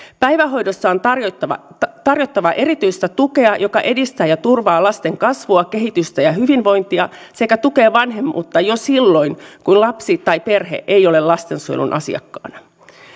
päivähoidossa on tarjottava tarjottava erityistä tukea joka edistää ja turvaa lasten kasvua kehitystä ja hyvinvointia sekä tukee vanhemmuutta jo silloin kun lapsi tai perhe ei ole lastensuojelun asiakkaana